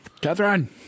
Catherine